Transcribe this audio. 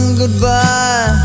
goodbye